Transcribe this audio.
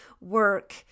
work